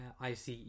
ICE